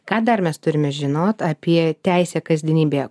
ką dar mes turime žinot apie teisę kasdienybėje